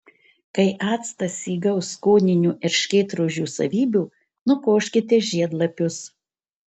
kai actas įgaus skoninių erškėtrožių savybių nukoškite žiedlapius